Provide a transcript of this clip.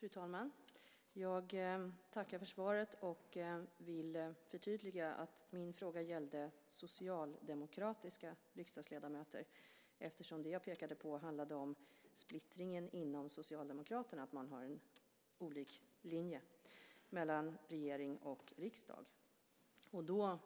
Fru talman! Jag tackar för svaret. Jag vill förtydliga att min fråga gällde socialdemokratiska riksdagsledamöter. Det jag pekade på handlade om splittringen inom Socialdemokraterna och att man har olika linjer i regering och riksdag. Jag